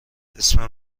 اسم